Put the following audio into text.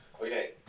Okay